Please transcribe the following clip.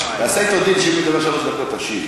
ציבור יקר שצופה ושומע,